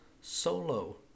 solo